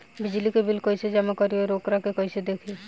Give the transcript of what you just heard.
बिजली के बिल कइसे जमा करी और वोकरा के कइसे देखी?